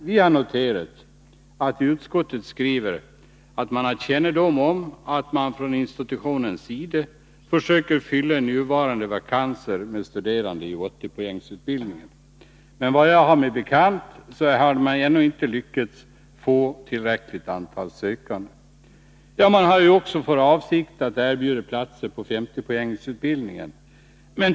Vi har noterat att utskottet skriver att man har kännedom om att institutionen försöker fylla nuvarande vakanser med studerande i 80 poängsutbildningen, men efter vad jag har mig bekant har man ännu inte lyckats att få tillräckligt antal sökande. Man har för avsikt att även erbjuda platser på 50-poängsutbildningen.